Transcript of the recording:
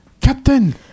Captain